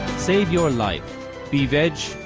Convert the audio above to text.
save your life be veg.